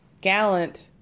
Gallant